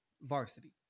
varsity